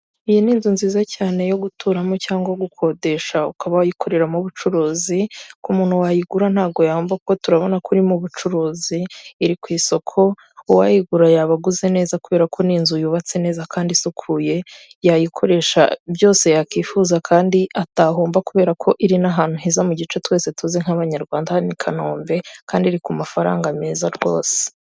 Iyi ni inzu nziza cyane yo guturamo cyangwa gukodesha, ukaba wayikoreramo ubucuruzi, ku muntu wayigura ntabwo yahomba, kuko turabona ko irimo ubucuruzi, iri ku isoko, uwayigura yaba aguze neza, kubera ko ni inzu yubatse neza kandi isukuye, yayikoresha byose yakwifuza kandi atahomba, kubera ko iri n'ahantu heza mu gice twese tuzi nk'abanyarwanda hano i Kanombe, kandi iri ku mafaranga meza rwose.